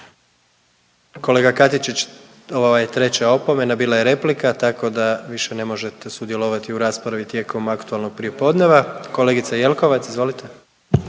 Kolega Katičić, ovo je treća opomena, bila je replika, tako da više ne možete sudjelovati u raspravi tijekom aktualnog prijepodneva. Kolegice Jelkovac, izvolite.